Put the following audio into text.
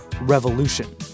revolution